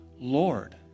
Lord